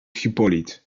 hipolit